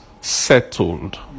settled